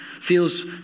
feels